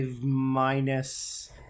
minus